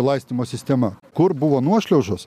laistymo sistema kur buvo nuošliaužos